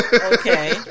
Okay